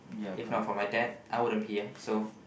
if not for my dad I wouldn't be here so